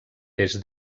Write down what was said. des